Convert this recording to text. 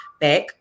back